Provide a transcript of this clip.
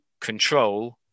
control